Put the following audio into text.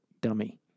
Dummy